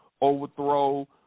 overthrow